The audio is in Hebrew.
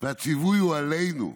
והציווי הוא עלינו,